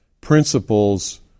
principles